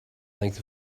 length